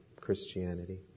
Christianity